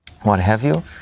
what-have-you